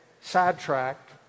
sidetracked